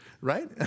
right